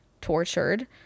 tortured